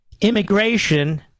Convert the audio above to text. immigration